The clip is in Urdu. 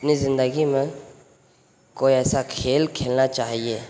اپنی زندگی میں کوئی ایسا کھیل کھیلنا چاہیے